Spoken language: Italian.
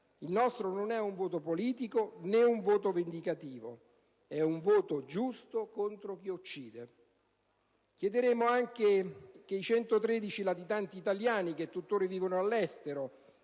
Il nostro non è un voto politico, né un voto vendicativo, ma un voto giusto contro chi uccide. Chiederemo altresì che i 113 latitanti italiani che tuttora vivono all'estero,